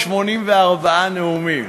384 נאומים.